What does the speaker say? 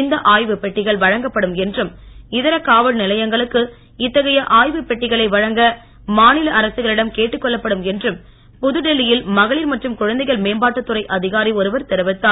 இந்த ஆய்வுப் பெட்டிகள் வழங்கப்படும் என்றும் இதர காவல்நிலையங்களுக்கு இத்தகைய ஆய்வுப் பெட்டிகளை வழங்க மாநில அரசுகளிடம் கேட்டுக் கொள்ளப்படும் என்றும் புதுடெல்லியில் மகளிர் மற்றும் குழந்தைகள் மேம்பாட்டு துறை அதிகாரி ஒருவர் தெரிவித்தார்